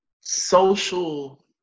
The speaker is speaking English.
social